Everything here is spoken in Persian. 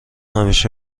همیشه